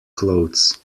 clothes